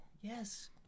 yes